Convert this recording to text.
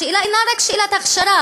השאלה אינה רק שאלת הכשרה.